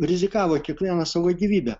rizikavo kiekvienas savo gyvybe